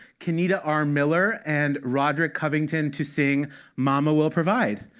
kenita r. miller, and rodrick covington to sing mama will provide.